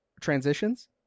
transitions